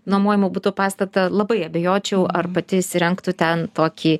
nuomojamų butų pastatą labai abejočiau ar pati įsirengtų ten tokį